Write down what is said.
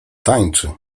tańczy